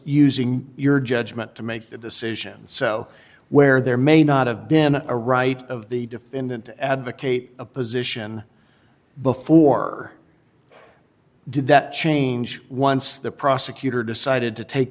using your judgment to make that decision so where there may not have been a right of the defendant advocate a position before you did that change once the prosecutor decided to take